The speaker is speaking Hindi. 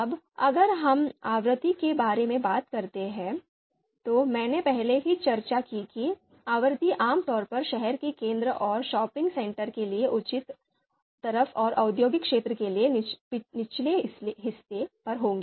अब अगर हम आवृत्ति के बारे में बात करते हैं तो मैंने पहले ही चर्चा की कि आवृत्ति आम तौर पर शहर के केंद्र और शॉपिंग सेंटर के लिए उच्च तरफ और औद्योगिक क्षेत्र के लिए निचले हिस्से पर होगी